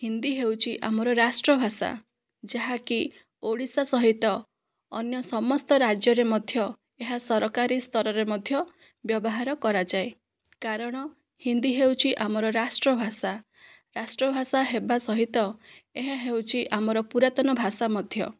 ହିନ୍ଦୀ ହେଉଛି ଆମର ରାଷ୍ଟ୍ର ଭାଷା ଯାହାକି ଓଡ଼ିଶା ସହିତ ଅନ୍ୟ ସମସ୍ତ ରାଜ୍ୟରେ ମଧ୍ୟ ଏହା ସରକାରୀ ସ୍ତରରେ ମଧ୍ୟ ବ୍ୟବହାର କରାଯାଏ କାରଣ ହିନ୍ଦୀ ହେଉଛି ଆମର ରାଷ୍ଟ୍ର ଭାଷା ରାଷ୍ଟ୍ର ଭାଷା ହେବା ସହିତ ଏହା ହେଉଛି ଆମର ପୁରାତନ ଭାଷା ମଧ୍ୟ